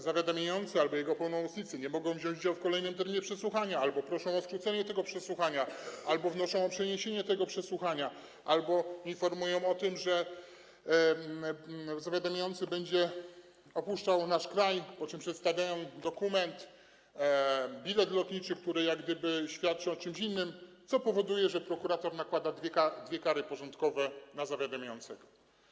Zawiadamiający albo jego pełnomocnicy nie mogą wziąć udziału w kolejnym terminie przesłuchania albo proszą o skrócenie przesłuchania, albo wnoszą o przeniesienie przesłuchania, albo informują o tym, że zawiadamiający będzie opuszczał nasz kraj, po czym przedstawiają dokument, bilet lotniczy, który jak gdyby świadczy o czymś innym, co powoduje, że prokurator nakłada dwie kary porządkowe na zawiadamiającego.